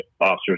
officers